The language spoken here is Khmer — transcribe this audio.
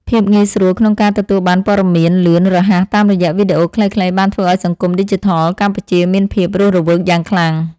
ភាពងាយស្រួលក្នុងការទទួលបានព័ត៌មានលឿនរហ័សតាមរយៈវីដេអូខ្លីៗបានធ្វើឱ្យសង្គមឌីជីថលកម្ពុជាមានភាពរស់រវើកយ៉ាងខ្លាំង។